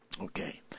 Okay